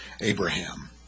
Abraham